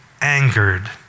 angered